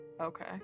Okay